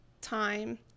time